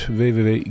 www